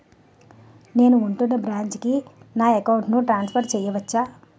నేను ఉంటున్న బ్రాంచికి నా అకౌంట్ ను ట్రాన్సఫర్ చేయవచ్చా?